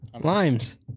Limes